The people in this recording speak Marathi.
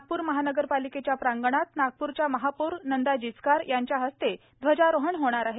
नागपूर महानगरपालिकेच्या प्रांगणात नागप्रच्या महापौर नंदा जिचकार यांच्या हस्ते ध्वजारोहण होणार आहे